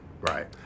Right